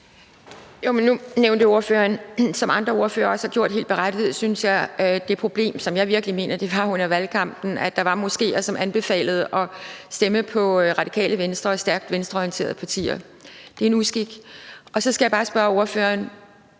Nu nævnte ordføreren – hvad andre ordførere også har gjort, helt berettiget, synes jeg – det problem, som jeg virkelig mener det var under valgkampen, at der var moskeer, som anbefalede at stemme på Radikale Venstre og stærkt venstreorienterede partier. Det er en uskik. Og så skal jeg bare spørge ordføreren: